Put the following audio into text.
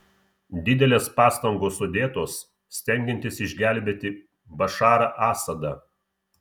didelės pastangos sudėtos stengiantis išgelbėti bašarą asadą